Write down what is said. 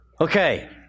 Okay